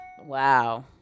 Wow